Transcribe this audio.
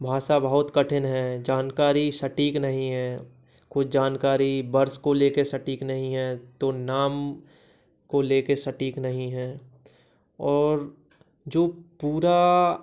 भाषा बहुत कठिन है जानकारी सटीक नहीं है कुछ जानकारी वर्ष को लेकर सटीक नहीं है तो नाम को लेकर सटीक नहीं है और जो पूरा